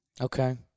Okay